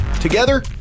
together